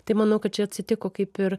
tai manau kad čia atsitiko kaip ir